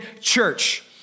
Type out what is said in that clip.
church